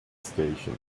station